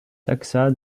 taxa